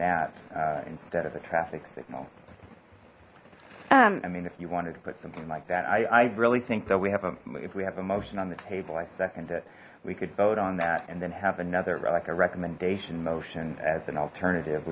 that instead of the traffic signal um i mean if you wanted to put something like that i i really think that we have a if we have a motion on the table i second it we could vote on that and then have another like a recommendation motion as an alternative